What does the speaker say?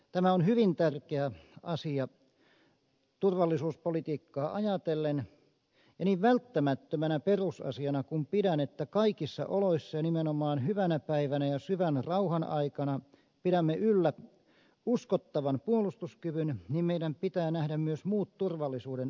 tämä on hyvin tärkeä asia turvallisuuspolitiikkaa ajatellen ja niin välttämättömänä perusasiana kuin pidän että kaikissa oloissa ja nimenomaan hyvänä päivänä ja syvän rauhan aikana pidämme yllä uskottavan puolustuskyvyn niin meidän pitää nähdä myös muut turvallisuuden uhat